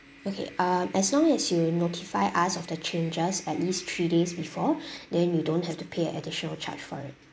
okay uh as long as you notify us of the changes at least three days before then you don't have to pay an additional charge for it